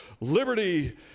liberty